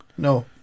no